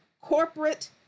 corporate